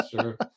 Sure